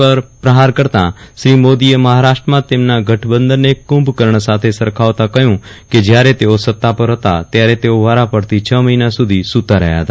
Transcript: પર પ્રહાર કરતા શ્રી મોદીએ મહારાષ્ટ્રમાં તેમના ગઠબંધનને કુંભકર્જ્ સાથે સરખાવતા કહ્યું કે જ્યારે તેઓ સત્તા પર હતા ત્યારે તેઓ વારાફરતી છ મહિના સુધી સુતા રહ્યા હતા